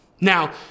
Now